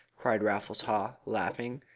cried raffles haw, laughing.